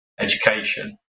education